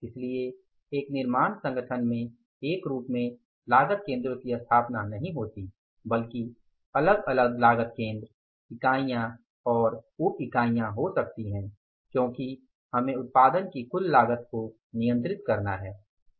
इसलिए एक निर्माण संगठन में एक रूप में लागत केंद्रों की स्थापना नही होती बल्कि अलग अलग लागत केंद्र इकाइयां और उप इकाइयां हो सकती हैं क्योकि हमें उत्पादन की कुल लागत को नियंत्रित करना है